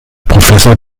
professor